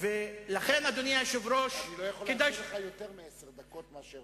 אני לא יכול להתיר לך יותר, אנחנו כבר